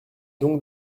donc